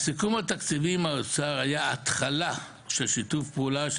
הסיכום התקציבי עם האוצר היה ההתחלה של שיתוף הפעולה,